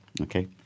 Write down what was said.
Okay